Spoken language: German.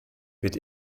wird